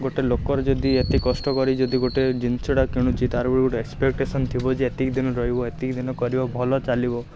ଗୋଟେ ଲୋକର ଯଦି ଏତେ କଷ୍ଟ କରି ଯଦି ଗୋଟେ ଜିନଷଟା କିଣୁଛି ତା'ର ବି ଗୋଟେ ଏକ୍ସପେକ୍ଟେସନ୍ ଥିବ ଯେ ଏତିକି ଦିନ ରହିବ ଏତିକି ଦିନ କରିବ ଭଲ ଚାଲିବ